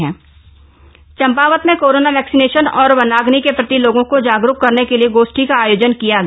गोष्ठी चंपावत चंपावत में corona vaccination और वनाम्नि के प्रति लोगों को जागरूक करने के लिए गोष्ठी का आयोजन किया गया